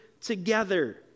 together